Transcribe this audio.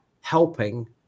helping